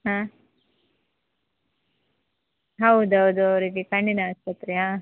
ಹಾಂ ಹೌದೌದು ಅವರಿಗೆ ಕಣ್ಣಿನ ಆಸ್ಪತ್ರೆ ಹಾಂ